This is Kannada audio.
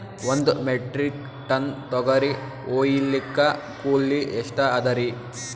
ಒಂದ್ ಮೆಟ್ರಿಕ್ ಟನ್ ತೊಗರಿ ಹೋಯಿಲಿಕ್ಕ ಕೂಲಿ ಎಷ್ಟ ಅದರೀ?